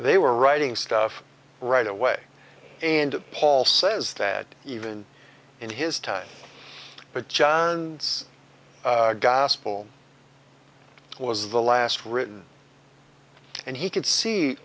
they were writing stuff right away and paul says that even in his time but john it's gospel was the last written and he c